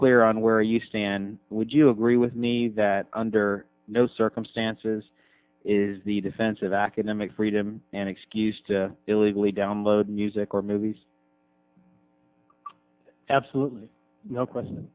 clear on where you stand would you agree with me that under no circumstances is the defense of academic freedom an excuse to illegally download music or movies absolutely no question